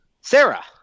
Sarah